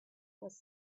was